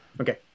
okay